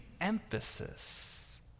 emphasis